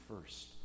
first